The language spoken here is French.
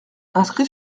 inscrit